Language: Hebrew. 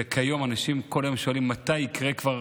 וכיום אנשים כל היום שואלים: מתי יקרה כבר